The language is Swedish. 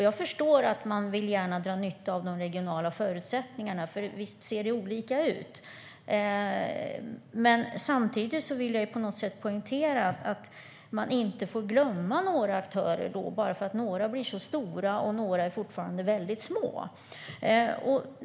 Jag förstår att man gärna vill dra nytta av de regionala förutsättningarna, för visst ser de olika ut. Men samtidigt vill jag poängtera att man inte får glömma några aktörer bara för att några blivit så stora medan några fortfarande är väldigt små.